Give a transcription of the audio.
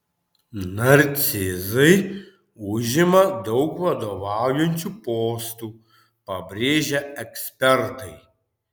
narcizai užima daug vadovaujančių postų pabrėžia ekspertai